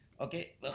Okay